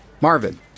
Marvin